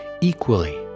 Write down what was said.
equally